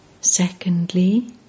Secondly